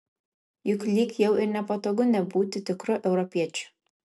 juk lyg jau ir nepatogu nebūti tikru europiečiu